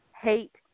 hate